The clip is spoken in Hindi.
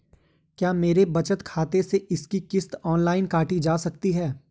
क्या मेरे बचत खाते से इसकी किश्त ऑनलाइन काटी जा सकती है?